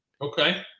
Okay